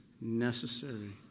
necessary